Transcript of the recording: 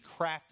crafted